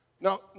Now